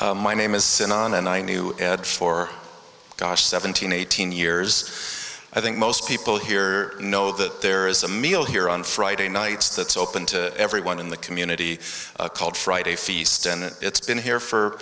that my name is sin and i knew for gosh seventeen eighteen years i think most people here know that there is a meal here on friday nights that's open to everyone in the community called friday feast and it's been here for